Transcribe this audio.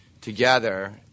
Together